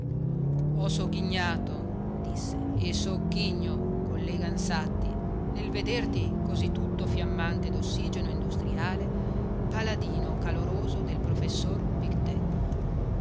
ho sogghignato disse e sogghigno collega ansatti nel vederti cosí tutto fiammante d'ossigeno industriale paladino caloroso del professor pictet